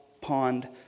pond